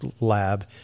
lab